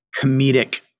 comedic